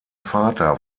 vater